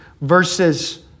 versus